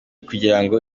kugirango